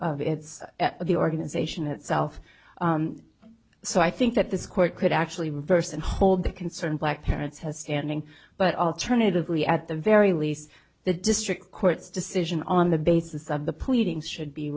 of the organization itself so i think that this court could actually reverse and hold the concern black parents has standing but alternatively at the very least the district court's decision on the basis of the putting should be